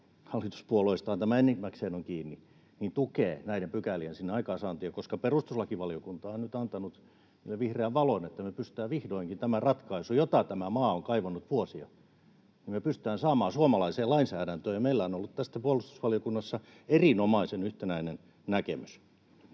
hallituspuolueistahan tämä enimmäkseen on kiinni — tukee näiden pykälien aikaansaantia. Perustuslakivaliokunta on nyt antanut vihreän valon, että me pystytään vihdoinkin tämä ratkaisu, jota tämä maa on kaivannut vuosia, saamaan suomalaiseen lainsäädäntöön. Meillä on ollut tästä puolustusvaliokunnassa erinomaisen yhtenäinen näkemys.